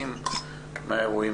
שהוא,